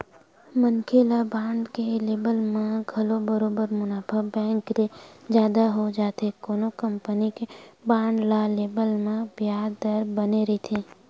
मनखे ल बांड के लेवब म घलो बरोबर मुनाफा बेंक ले जादा हो जाथे कोनो कंपनी के बांड ल लेवब म बियाज दर बने रहिथे